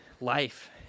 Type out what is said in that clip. life